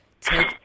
take